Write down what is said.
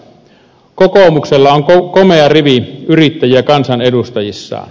kokoomuksella on komea rivi yrittäjiä kansanedustajissaan